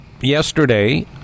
Yesterday